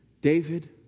David